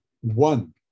one